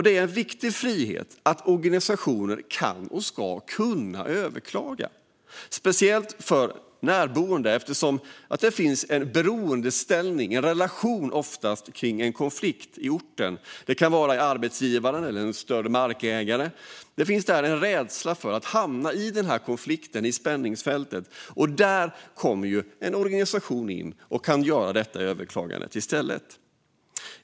Det är en viktig rättighet att organisationer kan överklaga, speciellt för de närboende eftersom de kan stå i beroendeställning till ortens stora arbetsgivare eller markägare och känna rädsla för att hamna i konflikten. Här går då i stället en organisation in och kan överklaga.